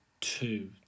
two